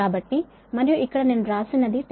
కాబట్టి మరియు ఇక్కడ నేను వ్రాసినది 10